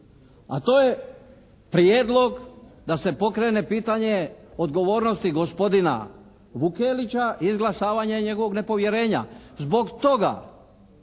A to je prijedlog da se pokrene pitanje odgovornosti gospodina Vukelića i izglasavanje njegovog nepovjerenja. Zbog toga